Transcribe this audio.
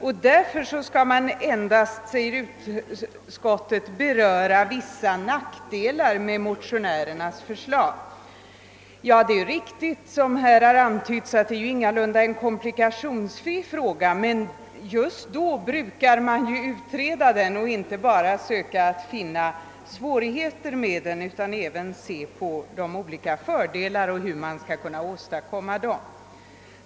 Därför vill utskottet endast beröra vissa nackdelar med motionärernas förslag. Det är riktigt som här har antytts, att det ingalunda är en komplikationsfri fråga, men just då brukar man utreda den och inte bara söka finna svårigheter, utan även se på olika fördelar och möjligheterna att åstadkomma dem.